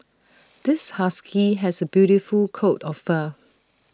this husky has A beautiful coat of fur